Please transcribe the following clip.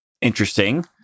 interesting